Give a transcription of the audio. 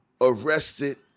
arrested